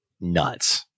nuts